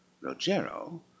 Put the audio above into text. Rogero